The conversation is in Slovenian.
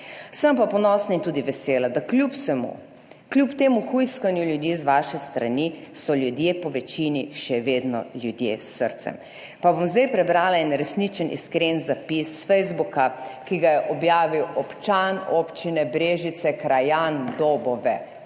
Sem pa ponosna in tudi vesela, da kljub vsemu, kljub temu hujskanju ljudi z vaše strani, so ljudje po večini še vedno ljudje s srcem. Pa bom zdaj prebrala en resničen iskren zapis s Facebooka, ki ga je objavil občan občine Brežice, krajan Dobove.